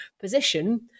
position